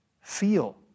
feel